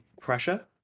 pressure